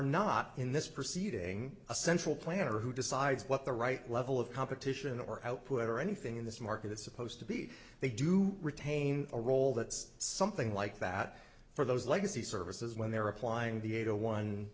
not in this proceeding a central planner who decides what the right level of competition or output or anything in this market is supposed to be they do retain a role that's something like that for those legacy services when they're applying